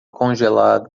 congelado